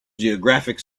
geographic